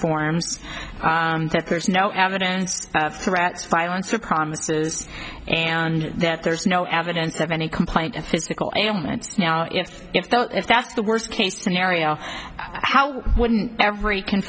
forms that there's no evidence of threats violence or promises and that there's no evidence of any complaint of physical elements now if the if that's the worst case scenario how wouldn't every c